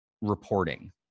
reporting